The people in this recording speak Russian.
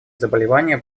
заболевания